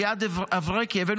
אליעד אברקי הביא,